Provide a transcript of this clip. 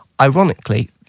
ironically